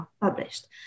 published